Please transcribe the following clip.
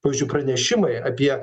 pavyzdžiui pranešimai apie